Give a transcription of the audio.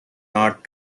not